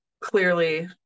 clearly